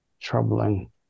troubling